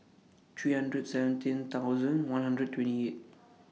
three hundred seventeen thousand one hundred twenty eight